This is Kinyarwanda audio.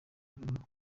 birimo